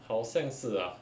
好像是 lah